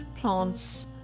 plants